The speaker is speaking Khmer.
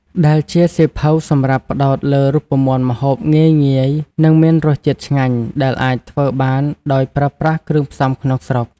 ដែលជាសៀវភៅសម្រាប់ផ្ដោតលើរូបមន្តម្ហូបងាយៗ និងមានរសជាតិឆ្ងាញ់ ដែលអាចធ្វើបានដោយប្រើប្រាស់គ្រឿងផ្សំក្នុងស្រុក។